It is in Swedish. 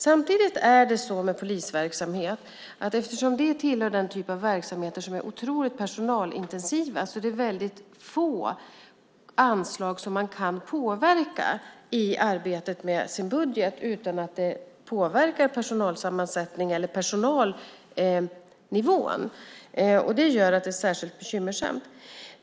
Samtidigt tillhör polisverksamheten den typ av verksamheter som är otroligt personalintensiva, och därför är det väldigt få anslag som man kan påverka i arbetet med sin budget utan att det påverkar personalsammansättning eller personalnivå. Det gör att det är särskilt bekymmersamt.